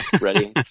Ready